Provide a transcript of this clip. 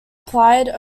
applied